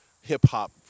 hip-hop